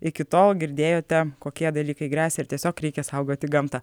iki tol girdėjote kokie dalykai gresia ir tiesiog reikia saugoti gamtą